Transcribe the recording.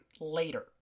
later